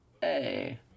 Hey